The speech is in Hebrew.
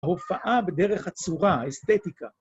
הופעה בדרך הצורה, אסתטיקה.